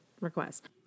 request